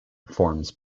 forms